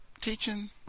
teaching